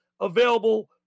available